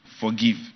Forgive